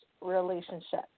relationship